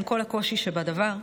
עם כל הקושי שבדבר,